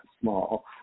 small